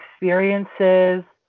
experiences